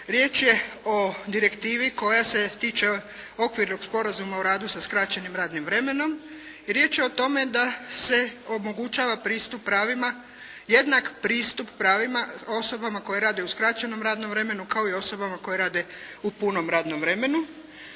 Riječ je o direktivi koja se tiče Okvirnog sporazuma o radu sa skraćenim radnim vremenom. I riječ je o tome da se omogućava pristup pravima, jednak pristup pravima, jednak pristup pravima osobama koje rade u skraćenom radnom vremenu, kao i osobama koje rade u punom radnom vremenu.